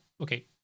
okay